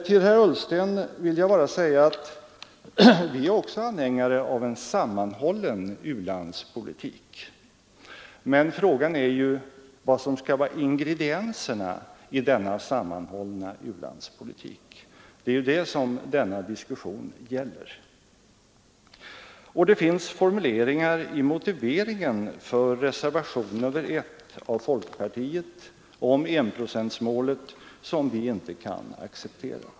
Till herr Ullsten vill jag bara säga att vi är också anhängare av en sammanhållen wu-landspolitik. Men frågan är ju vad som skall vara ingredienserna i denna sammanhållna u-landspolitik — det är detta som den här diskussionen gäller. Och det finns formuleringar i motiveringen för reservationen 1 av folkpartiet om enprocentsmålet som vi inte kan acceptera.